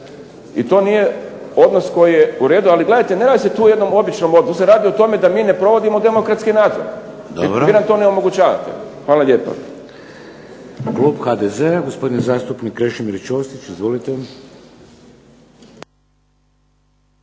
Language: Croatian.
I to nije odnos koji je u redu, ali gledajte ne radi se tu o jednom običnom odnosu, tu se radi o tome da mi ne provodimo demokratski nadzor i vi nam to ne omogućavate. Hvala lijepo.